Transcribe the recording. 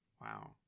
Wow